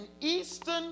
Eastern